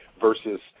versus